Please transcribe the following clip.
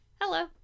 Hello